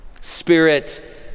Spirit